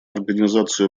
организацию